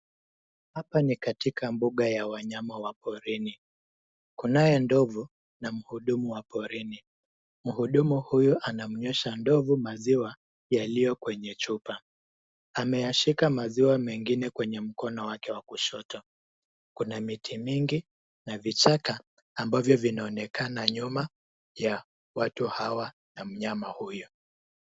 Hapa ni katika mbuga ya wanyama wa porini. Kunaye ndovu na mhudumu wa porini. Mhudumu huyu anamnywesha ndovu maziwa yaliyo kwenye chupa. Ameyashika maziwa mengine kwenye mkono wake wa kushoto. Kuna miti mingi na vichaka ambavyo vinaonekana nyuma ya watu hawa na mnyama huyu.